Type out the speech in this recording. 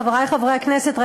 חברי חברי הכנסת,